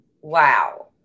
wow